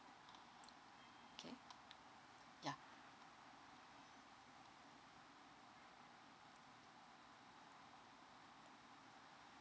okay yeah